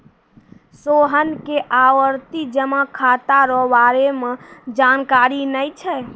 सोहन के आवर्ती जमा खाता रो बारे मे जानकारी नै छै